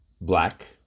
black